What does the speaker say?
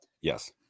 yes